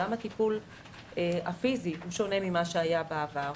גם הטיפול הפיזי שונה ממה שהיה בעבר